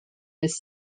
his